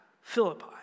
Philippi